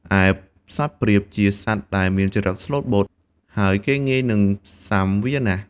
ឯសត្វព្រាប ជាសត្វដែលមានចរិតស្លូតបូត ហើយគេងាយនិងផ្សាំងវាណាស់។